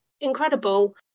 incredible